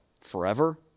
forever